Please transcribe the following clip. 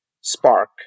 spark